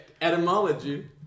etymology